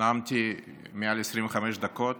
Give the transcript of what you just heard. נאמתי מעל 25 דקות